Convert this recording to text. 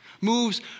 moves